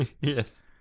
Yes